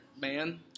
man